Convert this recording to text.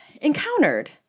encountered